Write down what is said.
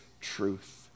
truth